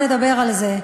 נדבר על זה.